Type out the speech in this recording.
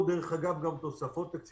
דרך אגב, אין פה גם תוספות תקציביות.